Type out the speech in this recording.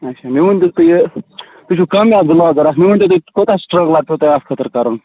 اچھا مےٚ ؤنۍتو تُہۍ یہِ تُہۍ چھِۄٕ کامیاب بُلاگر اتھ منٛز مےٚ ؤنۍتو تُہۍ کوتاہ سِٹرَگلا پٮ۪و تۅہہِ اَتھ خٲطرٕ کَرُن